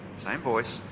same voice.